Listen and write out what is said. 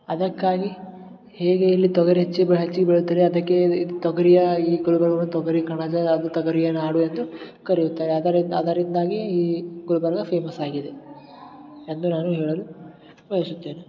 ಅದಕ್ಕಾಗಿ ಹೇಗೆ ಇಲ್ಲಿ ತೊಗರಿ ಹೆಚ್ಚಿ ಬ ಹೆಚ್ಚಿಗೆ ಬೆಳೆತಾರೆ ಅದಕ್ಕೆ ಇದು ತೊಗರಿಯ ಈ ಗುಲ್ಬರ್ಗವನ್ನು ತೊಗರಿ ಕಣಜ ಅದು ತೊಗರಿಯ ನಾಡು ಎಂದು ಕರೆಯುತ್ತಾರೆ ಅದರಿಂದ ಅದರಿಂದಾಗಿ ಈ ಗುಲ್ಬರ್ಗ ಫೇಮಸಾಗಿದೆ ಎಂದು ನಾನು ಹೇಳಲು ಬಯಸುತ್ತೇನೆ